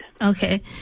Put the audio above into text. Okay